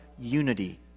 unity